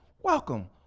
welcome